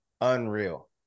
Unreal